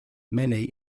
many